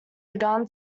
begun